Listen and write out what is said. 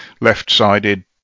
left-sided